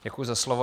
Děkuji za slovo.